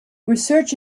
research